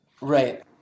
right